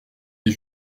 des